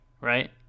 right